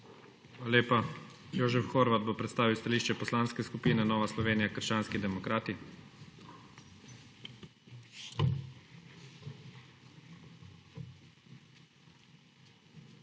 lepa. Jožef Horvat bo predstavil stališče Poslanske skupine Nova Slovenija – krščanski demokrati.